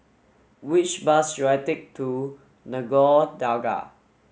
which bus should I take to Nagore Dargah